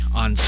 on